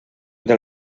del